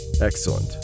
Excellent